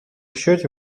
счете